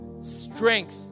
Strength